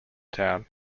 town